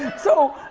and so,